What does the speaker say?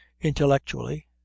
intellectually